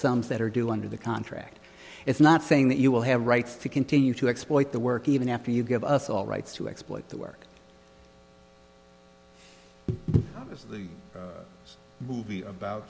sounds that are due under the contract it's not saying that you will have rights to continue to exploit the work even after you give us all rights to exploit the work as the movie about